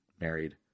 married